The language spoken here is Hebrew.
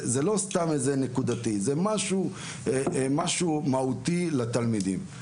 זה לא סתם נקודתי, זה משהו מהותי לתלמידים.